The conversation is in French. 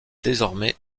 désormais